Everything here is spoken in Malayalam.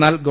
എന്നാൽ ഗവ